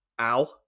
ow